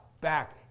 Back